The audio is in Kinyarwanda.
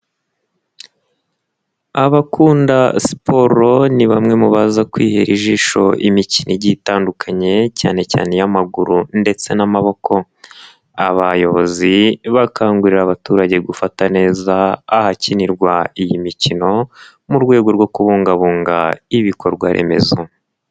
Abakunda siporo ni bamwe mu baza kwihera ijisho imikino igitandukanye, cyane cyane iy'amaguru ndetse n'amaboko. Abayobozi bakangurira abaturage gufata neza ahakinirwa iyi mikino, mu rwego rwo kubungabunga ibikorwa remezo.